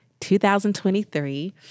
2023